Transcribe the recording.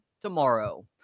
tomorrow